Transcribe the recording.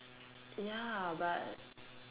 ya but